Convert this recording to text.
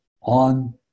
on